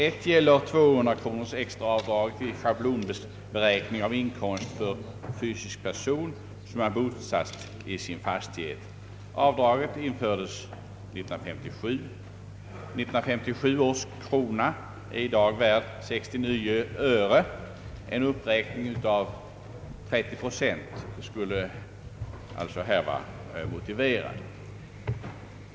Ett av dem är det extra avdraget om 200 kronor vid den schablonmässiga beräkningen av inkomst för fysisk person som är bosatt i sin fastighet. Avdraget infördes 1957. 1957 års krona är i dag värd 69 öre. En uppräkning med 30 procent skulle här alltså vara motiverad.